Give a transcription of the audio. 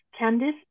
Candice